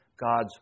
God's